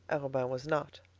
arobin was not.